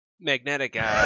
magnetic